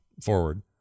forward